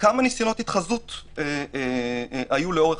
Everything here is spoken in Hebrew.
כמה ניסיונות התחזקות היו לאורך